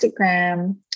Instagram